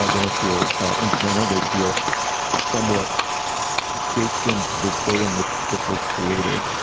ah they don't feel incidental. they feel somewhat baked into the way in which the book was created.